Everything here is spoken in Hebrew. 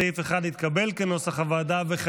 סעיף 1, כנוסח הוועדה, התקבל.